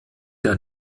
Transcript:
der